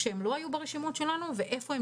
כשהן לא היו ברשימות שלנו ואיפה הן